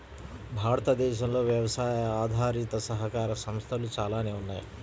భారతదేశంలో వ్యవసాయ ఆధారిత సహకార సంస్థలు చాలానే ఉన్నాయి